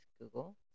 Google